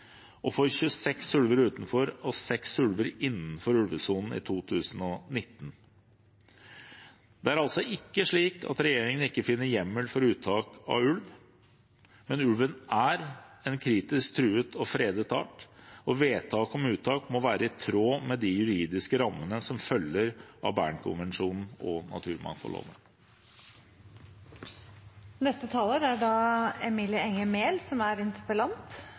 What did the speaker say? og for 26 ulver utenfor og 6 ulver innenfor ulvesonen i 2019. Det er altså ikke slik at regjeringen ikke finner hjemmel for uttak av ulv, men ulven er en kritisk truet og fredet art, og vedtak om uttak må være i tråd med de juridiske rammene som følger av Bernkonvensjonen og naturmangfoldloven. Jeg har også lest vedtaket fra regjeringen, som kom 31. desember. Jeg ser at det er